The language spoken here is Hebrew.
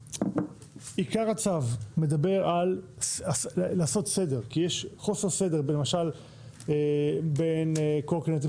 עיקר הצו מדבר על לעשות סדר כי יש חוסר סדר למשל בין קורקינטים